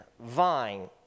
vine